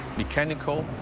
mechanical,